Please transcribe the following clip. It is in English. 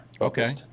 Okay